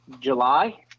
July